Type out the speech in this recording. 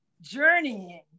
journeying